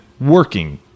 working